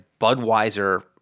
Budweiser